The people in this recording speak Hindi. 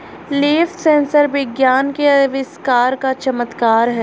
लीफ सेंसर विज्ञान के आविष्कार का चमत्कार है